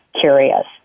curious